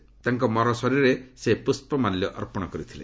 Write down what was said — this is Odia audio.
ସେ ତାଙ୍କ ମରଶରୀରରେ ପୁଷ୍ପମାଲ୍ୟ ଅର୍ପଣ କରିଥିଲେ